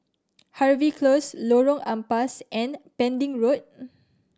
Harvey Close Lorong Ampas and Pending Road